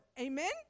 Amen